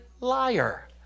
liar